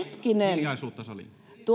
hiljaisuutta saliin